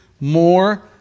more